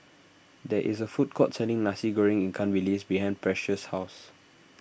there is a food court selling Nasi Goreng Ikan Bilis behind Precious' house